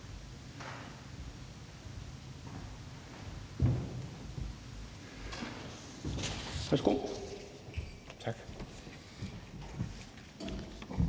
hvad er det for